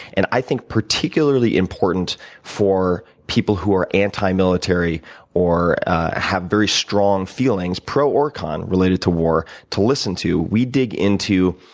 and i think particularly important for people who are anti-military or have very strong feelings pro or con, related to war to listen to. we dig into,